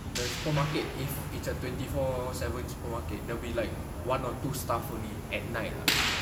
the supermarket if it's a twenty four seven supermarket they'll be like one or two staff only at night ah